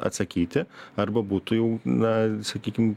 atsakyti arba būtų jau na sakykim